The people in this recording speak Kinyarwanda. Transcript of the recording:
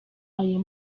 ayo